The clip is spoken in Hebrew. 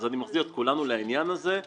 אז אני מחזיר את כולנו לעניין הזה.